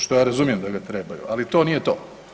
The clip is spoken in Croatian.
Što ja razumijem da ga trebaju, ali to nije to.